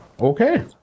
Okay